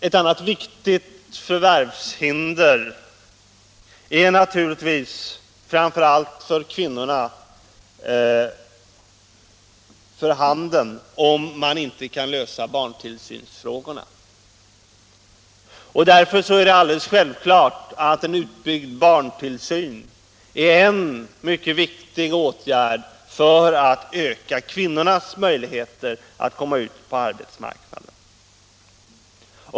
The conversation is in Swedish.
Ett annat viktigt förvärvshinder är naturligtvis framför allt för kvinnorna för handen, om man inte kan lösa barntillsynsfrågorna. Därför är det självklart att en utbyggd barntillsyn är en mycket viktig åtgärd för att öka kvinnornas möjligheter att komma ut på arbetsmarknaden.